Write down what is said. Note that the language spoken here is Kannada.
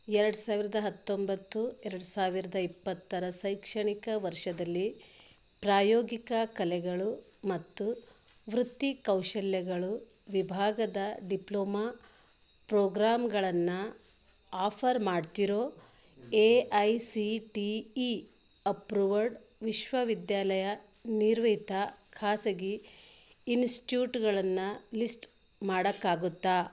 ಎರಡು ಸಾವಿರದ ಹತ್ತೊಂಬತ್ತು ಎರಡು ಸಾವಿರದ ಇಪ್ಪತ್ತರ ಶೈಕ್ಷಣಿಕ ವರ್ಷದಲ್ಲಿ ಪ್ರಾಯೋಗಿಕ ಕಲೆಗಳು ಮತ್ತು ವೃತ್ತಿಕೌಶಲ್ಯಗಳು ವಿಭಾಗದ ಡಿಪ್ಲೊಮಾ ಪ್ರೋಗ್ರಾಮ್ಗಳನ್ನು ಆಫರ್ ಮಾಡ್ತಿರೋ A I C T E approved ವಿಶ್ವವಿದ್ಯಾಲಯ ನಿರ್ಮಿತ ಖಾಸಗಿ ಇನ್ಸ್ಟ್ಯೂಟ್ಗಳನ್ನು ಲಿಸ್ಟ್ ಮಾಡೋಕ್ಕಾಗುತ್ತಾ